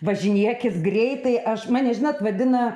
važinėki greitai aš mane žinot vadina